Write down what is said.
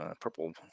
purple